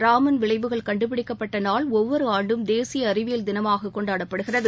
ராமன் விளைவுகள் கண்டுபிடிக்கப்பட்ட நாள் ஒவ்வொரு ஆண்டும் தேசிப அறிவியல் தினமாக கொண்டாடப்படுகிறது